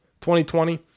2020